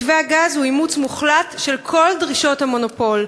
מתווה הגז הוא אימוץ מוחלט של כל דרישות המונופול,